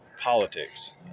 politics